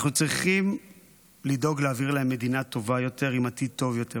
אנחנו צריכים לדאוג להעביר להם מדינה טובה יותר עם עתיד טוב יותר,